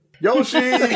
Yoshi